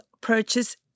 purchase